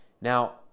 Now